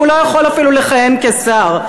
והוא לא יכול אפילו לכהן כשר.